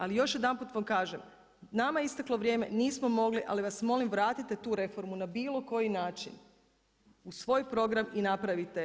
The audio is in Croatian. Ali još jedanput vam kažem nama je isteklo vrijeme, nismo mogli, ali vas molim, vratite tu reformu, na bilo koji način, u svoj program i napravite je.